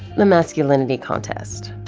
the masculinity contest.